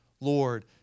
Lord